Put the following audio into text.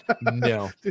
No